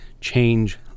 change